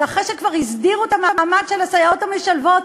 זה אחרי שכבר הסדירו את המעמד של הסייעות המשלבות,